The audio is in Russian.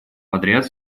подряд